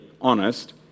honest